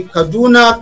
Kaduna